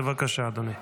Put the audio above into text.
בבקשה, אדוני.